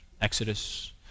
Exodus